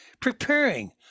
preparing